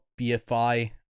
BFI